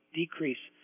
decrease